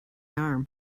arm